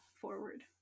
forward